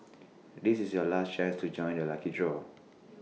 this is your last chance to join the lucky draw